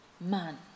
man